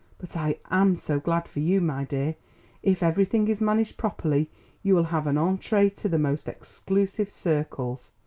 but i am so glad for you, my dear if everything is managed properly you will have an entree to the most exclusive circles.